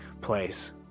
place